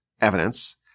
evidence